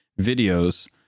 videos